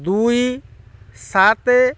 ଦୁଇ ସାତ